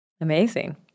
Amazing